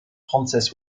frances